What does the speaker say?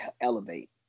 elevate